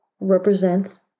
represents